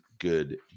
good